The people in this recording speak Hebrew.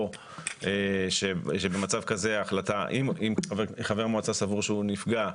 או שבמצב כזה אם חבר מועצה סבור שהוא נפגע,